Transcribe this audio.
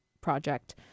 project